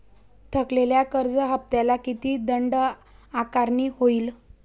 थकलेल्या कर्ज हफ्त्याला किती दंड आकारणी होईल?